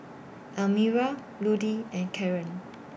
Elmira Ludie and Caron